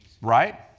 Right